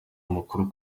amakuru